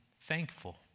thankful